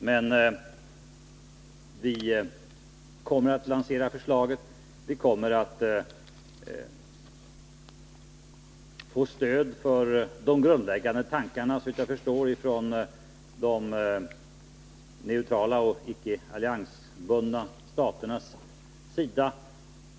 Men vi kommer att lansera förslaget. Vi kommer att få stöd för de grundläggande tankarna, såvitt jag förstår från de neutrala och icke alliansbundna staternas sida.